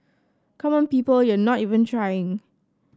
come on people you're not even trying